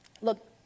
look